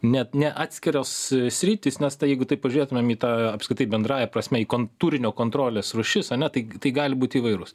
net ne atskirios sritys nes tai jeigu taip pažiūrėtumėm į tą apskritai bendrąja prasme į kontūrinio kontrolės rūšis na tai tai gali būti įvairūs